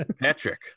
Patrick